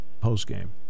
Post-game